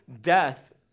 death